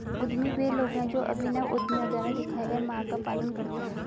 उद्यमी वे लोग हैं जो अभिनव उद्यमियों द्वारा दिखाए गए मार्ग का पालन करते हैं